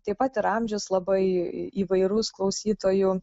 taip pat ir amžius labai įvairus klausytojų